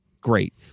great